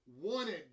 Wanted